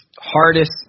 hardest